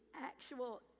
actual